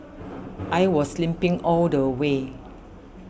I was limping all the way